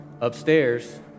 Upstairs